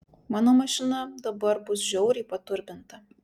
mano mašina dabar bus žiauriai paturbinta